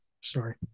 Sorry